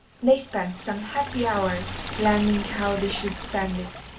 they spent some happy hours planning how they should spend it,